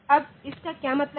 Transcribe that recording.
अब इसका क्या मतलब है